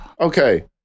Okay